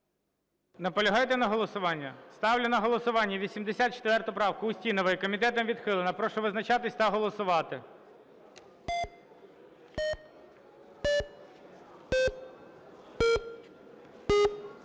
Наполягаєте на голосуванні? Ставлю на голосування 84 правку Устінової. Комітетом відхилена. Прошу визначатися та голосувати.